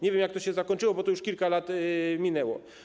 Nie wiem, jak to się zakończyło, bo już kilka lat minęło.